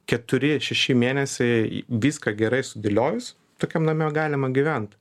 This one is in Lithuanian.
keturi šeši mėnesiai viską gerai sudėliojus tokiam name galima gyvent